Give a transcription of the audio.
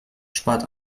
spart